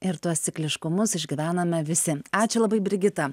ir tuos cikliškumus išgyvename visi ačiū labai brigita